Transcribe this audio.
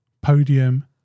podium